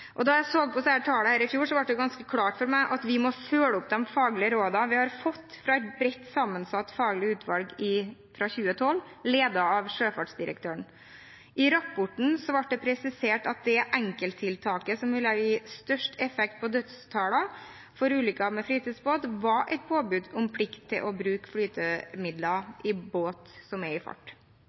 ansvar? Da jeg så på disse tallene i fjor, ble det ganske klart for meg at vi må følge opp de faglige rådene vi i 2012 fikk fra et bredt sammensatt faglig utvalg, ledet av sjøfartsdirektøren. I rapporten deres ble det presisert at det enkelttiltaket som ville gi størst effekt på dødstallene for ulykker med fritidsbåt, var et påbud om plikt til å bruke flytemidler i båt som er i fart.